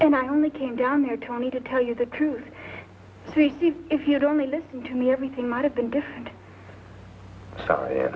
and i only came down here to me to tell you the truth if you'd only listen to me everything might have been different sor